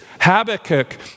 Habakkuk